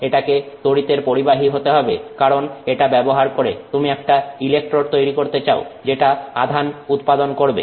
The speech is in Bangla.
এটাকে তড়িতের পরিবাহী হতে হবে কারণ এটা ব্যবহার করে তুমি একটা ইলেকট্রোড তৈরি করতে চাও যেটা আধান উৎপাদন করবে